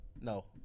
No